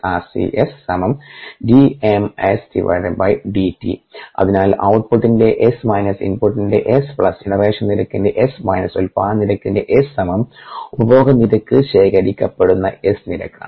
അതിനാൽ ഔട്ട്പുട്ടിന്റെ S minus input നിരക്കിന്റെ S പ്ലസ് ജനറേഷൻ നിരക്കിന്റെ S മൈനസ് ഉത്പാദന നിരക്കിൻറെ S സമം ഉപഭോഗ നിരക്ക് ശേഖരിക്കപ്പെടുന്ന S നിരക്കാണ്